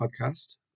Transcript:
podcast